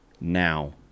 now